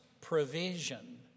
provision